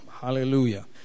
Hallelujah